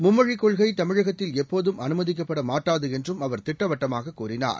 மும்மொழிக் கொள்கை தமிழகத்தில் எப்போதும் அனுமதிக்கப்பட மாட்டாது என்றும் அவர் திட்டவட்டமாக கூறினார்